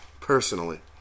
Personally